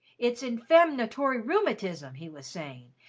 it's infam-natory rheumatism, he was saying,